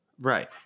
right